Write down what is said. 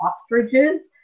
ostriches